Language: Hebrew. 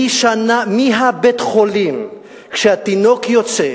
מהבית-חולים כשהתינוק יוצא,